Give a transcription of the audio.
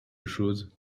chose